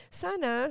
sana